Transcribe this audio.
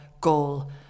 goal